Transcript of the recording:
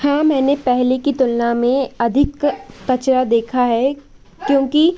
हाँ मैंने पहले की तुलना में अधिक कचरा देखा है क्योंकि